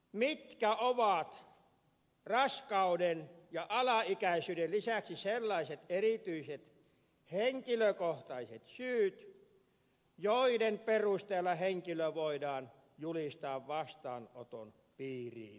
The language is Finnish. mitkä ovat raskauden ja alaikäisyyden lisäksi sellaiset erityiset henkilökohtaiset syyt joiden perusteella henkilö voidaan julistaa vastaanoton piiriin kuuluvaksi